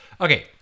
Okay